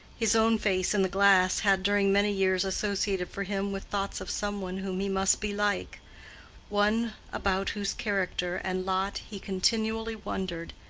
his own face in the glass had during many years associated for him with thoughts of some one whom he must be like one about whose character and lot he continually wondered,